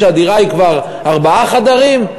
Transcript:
כשהדירה היא של ארבעה חדרים,